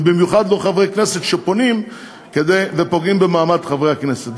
ובמיוחד לא חברי כנסת שפונים ופוגעים במעמד חברי הכנסת.